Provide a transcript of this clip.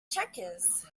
checkers